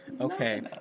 Okay